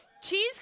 cheese